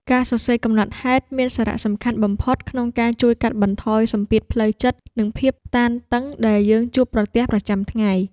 ការសរសេរកំណត់ហេតុមានសារៈសំខាន់បំផុតក្នុងការជួយកាត់បន្ថយសម្ពាធផ្លូវចិត្ត និងភាពតានតឹងដែលយើងជួបប្រទះប្រចាំថ្ងៃ។